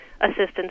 assistance